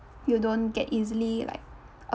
you don't get easily like